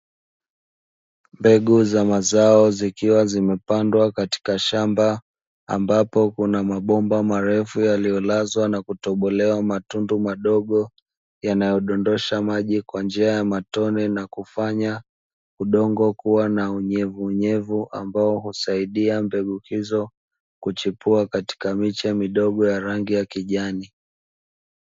Mbegu za mazao zikiwa zimepandwa katika shamba ambapo kuna mabomba marefu yaliyolazwa na kutobolewa matundu madogo yanayodondosha maji kwa njia ya matone na kufanya udongo kuwa na unyevu unyevu ambao husaidia mbegu hizo kuchipua katika miche midogo ya rangi ya kijani.